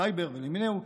הסייבר למינהו,